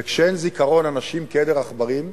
וכשאין זיכרון, אנשים כעדר עכברים,